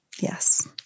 Yes